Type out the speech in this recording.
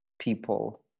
people